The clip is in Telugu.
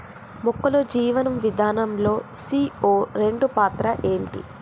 మొక్కల్లో జీవనం విధానం లో సీ.ఓ రెండు పాత్ర ఏంటి?